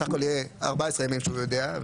סה"כ יהיו 14 ימים שהוא יודע.